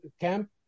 camp